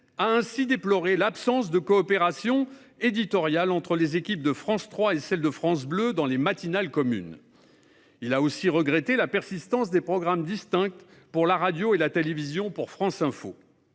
a ainsi déploré l'absence de coopérations éditoriales entre les équipes de France 3 et celles de France Bleu dans les matinales communes. Il a aussi regretté la persistance de programmes distincts pour la radio et la télévision s'agissant de France Info.